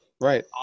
Right